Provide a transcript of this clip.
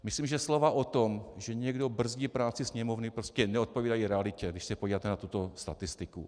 Myslím, že slova o tom, že někdo brzdí práci Sněmovny, prostě neodpovídají realitě, když se podíváte na tuto statistiku.